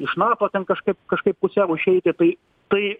iš nato ten kažkaip kažkaip pusiau išeiti tai tai